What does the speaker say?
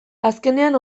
azkenean